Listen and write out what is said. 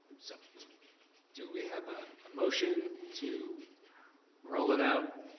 so do we have a motion to roll it out